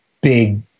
big